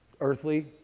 earthly